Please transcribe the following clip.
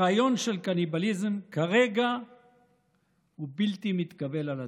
הרעיון של קניבליזם כרגע הוא בלתי מתקבל על הדעת.